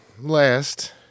last